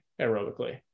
aerobically